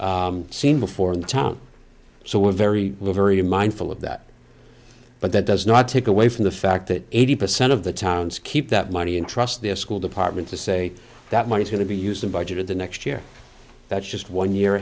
seen before in the town so we're very very mindful of that but that does not take away from the fact that eighty percent of the town's keep that money and trust their school department to say that money is going to be used in budget in the next year that's just one year